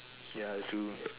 ya true